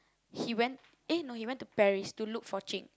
he went eh no he went to Paris to look for Jing